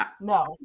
No